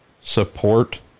support